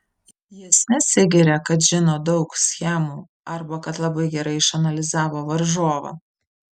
jis nesigiria kad žino daug schemų arba kad labai gerai išanalizavo varžovą